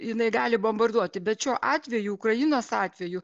jinai gali bombarduoti bet šiuo atveju ukrainos atveju